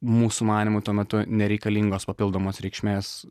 mūsų manymu tuo metu nereikalingos papildomos reikšmės